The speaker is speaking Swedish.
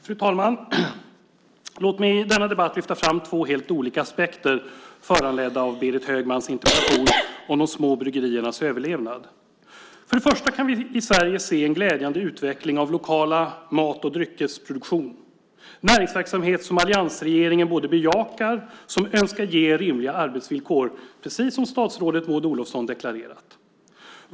Fru talman! Låt mig i denna debatt lyfta fram två helt olika aspekter föranledda av Berit Högmans interpellation om de små bryggeriernas överlevnad. För det första kan vi i Sverige se en glädjande utveckling av lokal mat och dryckesproduktion. Det är en näringsverksamhet som alliansregeringen bejakar och önskar ge rimliga arbetsvillkor, precis som statsrådet Maud Olofsson deklarerat.